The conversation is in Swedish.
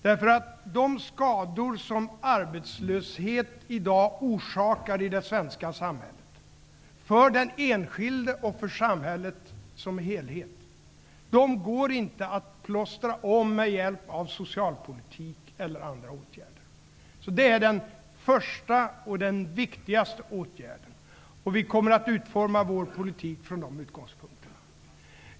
De skador som arbetslöshet i dag orsakar i det svenska samhället för den enskilde och för samhället som helt går inte att plåstra om med hjälp av socialpolitik eller med andra åtgärder. Det är alltså den första och den viktigaste åtgärden. Och vi kommer att utforma vår politik från dessa utgångspunkter.